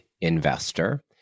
investor